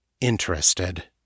interested